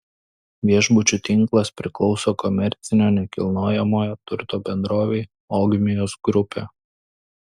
viešbučių tinklas priklauso komercinio nekilnojamojo turto bendrovei ogmios grupė